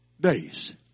days